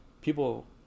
people